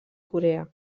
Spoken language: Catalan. corea